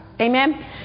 Amen